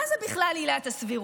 מה זה בכלל עילת הסבירות?